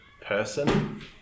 person